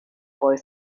boy